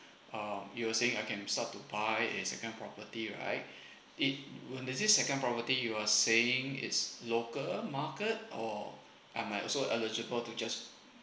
um you were saying I can start to buy a second property right it would this is second property you are saying is local market or I might also eligible to just